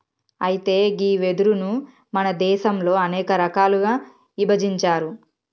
అయితే గీ వెదురును మన దేసంలో అనేక రకాలుగా ఇభజించారు